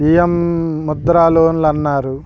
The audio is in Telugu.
పి ఎం ముద్ర లోన్లు అన్నారు